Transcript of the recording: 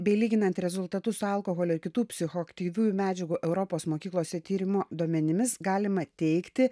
bei lyginant rezultatus su alkoholio ir kitų psichoaktyviųjų medžiagų europos mokyklose tyrimo duomenimis galima teigti